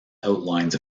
outlines